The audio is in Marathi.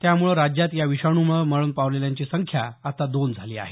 त्यामुळे राज्यात या विषाणूमुळे मरण पावलेल्यांची संख्या आता दोन झाली आहे